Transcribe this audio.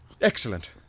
Excellent